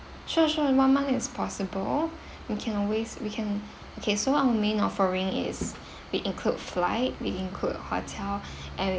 sure sure one month is possible we can always we can okay so our main offering is we include flight we include hotel and we